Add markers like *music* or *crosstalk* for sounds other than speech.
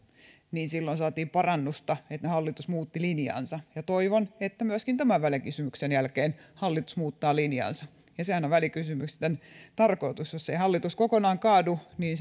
saatiin parannusta eli hallitus muutti linjaansa toivon että myöskin tämän välikysymyksen jälkeen hallitus muuttaa linjaansa ja sehän on välikysymysten tarkoitus jos ei hallitus kokonaan kaadu niin *unintelligible*